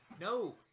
No